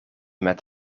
met